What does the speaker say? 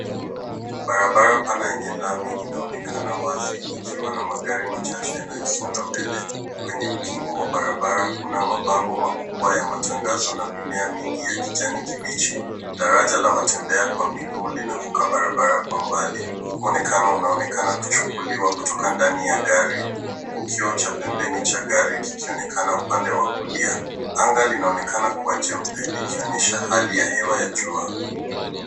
Barabara pana yenye lami inaonekana wazi ikiwa na magari machache yanayosonga mbele. Kwenye ukingo wa barabara kuna mabango makubwa ya matangazo na mimea mingi ya kijani kibichi. Daraja la watembea kwa miguu linavuka barabara kwa mbali. Muonekano unaonekana kuchukuliwa kutoka ndani ya gari huku kioo cha pembeni cha gari kikionekana upande wa kulia. Anga linaonekana kuwa jeupe likionyesha hali ya hewa ya jua.